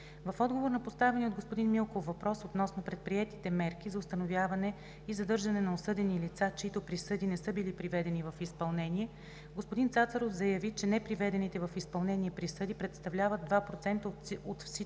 В отговор на поставения от господин Милков въпрос относно предприетите мерки за установяване и задържане на осъдени лица, чиито присъди не са били приведени в изпълнение, господин Цацаров заяви, че неприведените в изпълнение присъди представляват 2% от всички